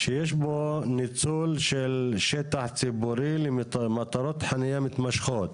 שיש פה ניצול של שטח ציבורי למטרות חניה מתמשכות.